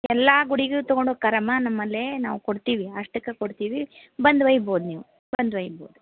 ಎಲ್ಲ ಗುಡಿಗೂ ತೊಗೊಂಡು ಹೋಕ್ತಾರಮ್ಮ ನಮ್ಮಲ್ಲಿ ನಾವು ಕೊಡ್ತೀವಿ ಅಷ್ಟಕ್ಕೇ ಕೊಡ್ತೀವಿ ಬಂದು ಒಯ್ಬೋದು ನೀವು ಬಂದು ಒಯ್ಬೋದು